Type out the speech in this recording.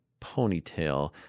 ponytail